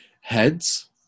Heads